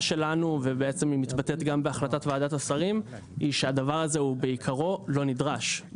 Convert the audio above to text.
שלנו שמתבטאת גם בהחלטת ועדת השרים שהדבר הזה הוא בעיקרו לא נדרש.